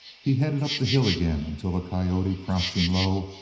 he headed up the hill again until the coyote, crouching low,